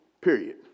Period